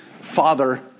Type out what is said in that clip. Father